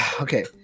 okay